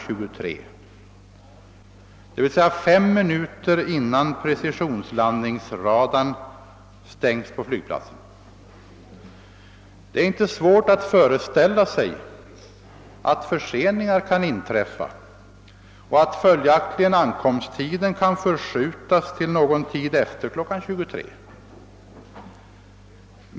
23, d.v.s. fem minuter innan flygplatsens precisionslandningsradar stängs. Det är inte svårt att föreställa sig att förseningar kan inträffa och att följaktligen ankomsten kan förskjutas till någon tid efter kl. 23.